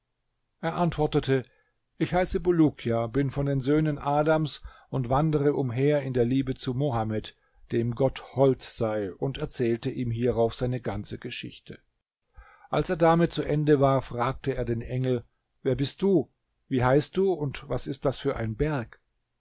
er antwortete ich heiße bulukia bin von den söhnen adams und wandere umher in der liebe zu mohammed dem gott hold sei und erzählte ihm hierauf seine ganze geschichte als er damit zu ende war fragte er den engel wer bist du wie heißt du und was ist das für ein berg